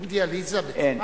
אין דיאליזה בצפת?